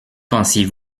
pensiez